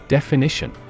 Definition